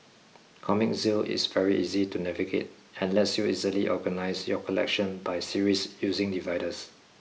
comic Zeal is very easy to navigate and lets you easily organise your collection by series using dividers